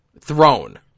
Throne